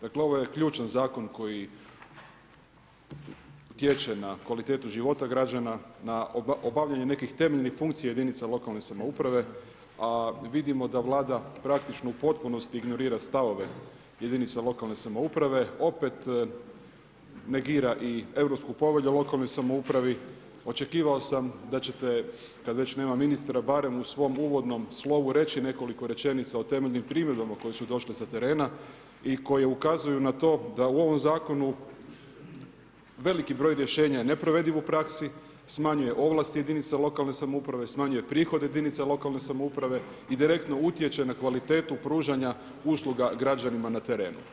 Dakle, ovo je ključan zakon koji utječe na kvalitetu života građana, na obavljanje nekih temeljnih funkcija jedinica lokalne samouprave a vidimo da Vlada praktički u potpunosti ignorira stavove jedinica lokalne samouprave, opet negira i Europsku povelju o lokalnoj samoupravi, očekivao sam da ćete kad već nema ministra barem u svom slovu reći nekoliko rečenica o temeljnim primjedbama koje su došle sa terena i koje ukazuju na to da u ovom zakonu veliki broj rješenja je neprovediv u praksi, smanjuje ovlasti jedinica lokalne samouprave, smanjuje prihode jedinica lokalne samouprave i direktno utječe na kvalitetu pružanja usluga građanima na terenu.